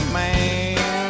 man